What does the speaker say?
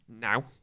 now